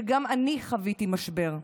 שגם אני חוויתי משבר.